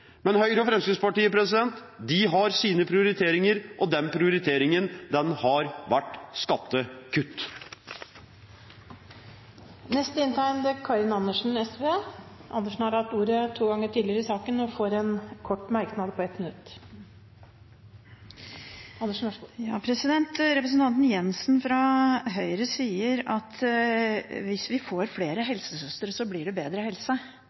Men Høyre og Fremskrittspartiet har sine prioriteringer, og de prioriteringene har vært skattekutt. Representanten Karin Andersen har hatt ordet to ganger tidligere og får ordet til en kort merknad, begrenset til 1 minutt. Representanten Jenssen fra Høyre sier at hvis vi får flere helsesøstre, blir det bedre helse. Ja, det gjør det. Derfor prioriterer SV det. Hvis vi får flere læreren i skolen, blir det